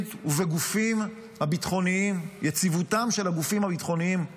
הפלסטינית וביציבותם של הגופים הביטחוניים שלה.